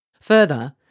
Further